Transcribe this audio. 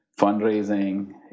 fundraising